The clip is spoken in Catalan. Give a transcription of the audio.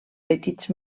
petits